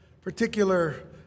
particular